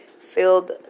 filled